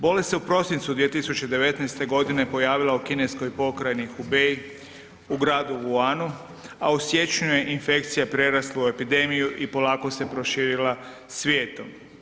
Bolest se u prosincu 2019. godine pojavila u kineskoj pokrajini Hubei u gradu Wuhanu, a u siječnju je infekcija prerasla u epidemiju i polako se proširila svijetom.